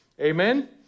Amen